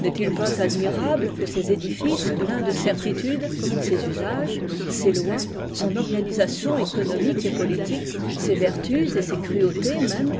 nesl il pas admirable que ses édifices pleins de certitude ses usages ses lois son organisation économique et politique ses vertus et ses cruautés mêmes